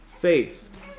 faith